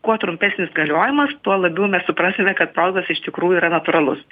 kuo trumpesnis galiojimas tuo labiau mes suprasime kad produktas iš tikrųjų yra natūralus